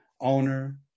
owner